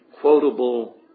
quotable